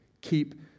Keep